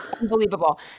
unbelievable